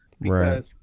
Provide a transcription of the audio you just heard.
Right